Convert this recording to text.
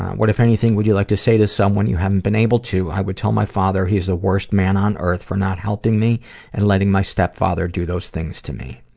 what, if anything, would you like to say to someone you haven't been able to? i would tell my father he is the worst man on earth for not helping me and letting my stepfather do those things to me.